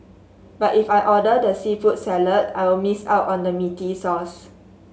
but if I order the seafood salad I'll miss out on the meaty sauce